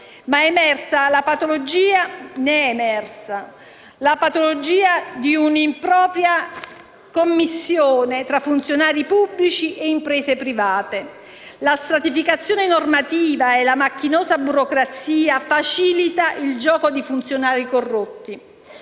ne è emersa la patologia di un'impropria commistione tra funzionari pubblici e imprese private: la stratificazione normativa e la macchinosa burocrazia facilitano il gioco di funzionari corrotti.